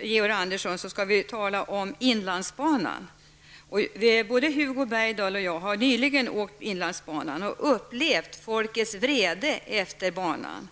Georg Andersson, nu skall vi tala om inlandsbanan. Både Hugo Bergdahl och jag har nyligen åkt inlandsbanan och upplevt folkets vrede efter banan.